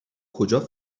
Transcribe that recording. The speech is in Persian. کجا